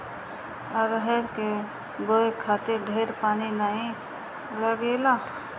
अरहर के बोए खातिर ढेर पानी नाइ लागेला